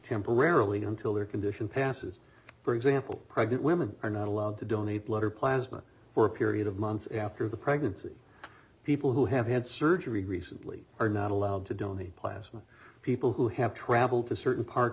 temporarily until their condition passes for example pregnant women are not allowed to donate blood or plasma for a period of months after the pregnancy people who have had surgery recently are not allowed to donate plasma people who have traveled to certain parts